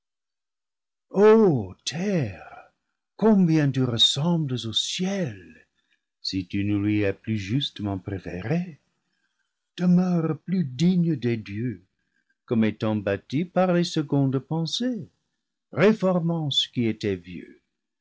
combien tu ressembles au ciel si tu ne lui es plus justement préférée demeure plus digne des dieux comme étant bâtie par les secondes pensées réformant ce qui était vieux